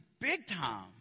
big-time